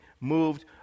moved